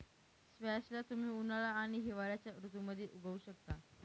squash ला तुम्ही उन्हाळा आणि हिवाळ्याच्या ऋतूमध्ये उगवु शकता